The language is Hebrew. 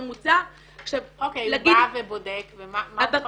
אוקיי, בא ובודק ומה הוא מחפש?